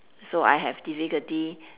so I have difficulty